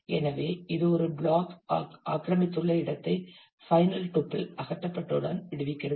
எனவே இது ஒரு பிளாக் ஆக்கிரமித்துள்ள இடத்தை ஃபைனல் டூப்பிள் அகற்றப்பட்டவுடன் விடுவிக்கிறது